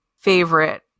favorite